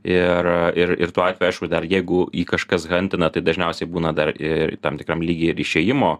ir ir ir tuo atveju aišku dar jeigu jį kažkas hantina tai dažniausiai būna dar ir tam tikram lygy ir išėjimo